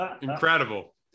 Incredible